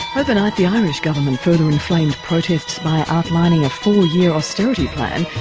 overnight the irish government further inflamed protests by outlining a four-year austerity plan.